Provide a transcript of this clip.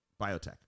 biotech